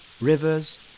rivers